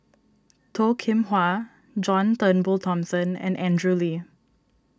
Toh Kim Hwa John Turnbull Thomson and Andrew Lee